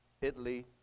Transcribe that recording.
Italy